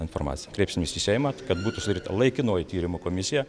informaciją kreipsimės į seimą kad būtų sudaryta laikinoji tyrimo komisija